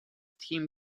team